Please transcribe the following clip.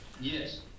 Yes